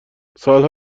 سالها